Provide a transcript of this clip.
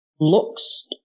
looks